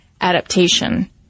adaptation